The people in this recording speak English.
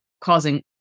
causing